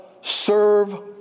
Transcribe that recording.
serve